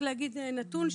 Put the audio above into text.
נתון,